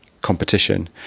competition